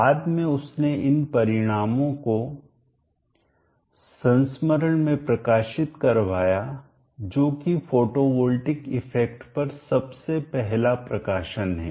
बाद में उसने इन परिणामों को संस्मरण में प्रकाशित करवाया जो कि फोटोवॉल्टिक इफेक्ट पर सबसे पहला प्रकाशन है